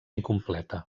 incompleta